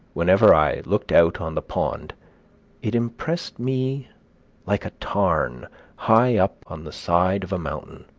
whenever i looked out on the pond it impressed me like a tarn high up on the side of a mountain,